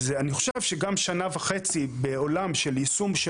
אז אני חושב שגם שנה וחצי בעולם של יישום של